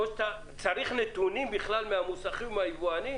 או שאתה צריך נתונים מהמוסכים ומהיבואנים,